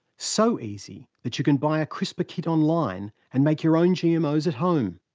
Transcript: so easy that you can buy a crispr kit online and make your own gmos at home.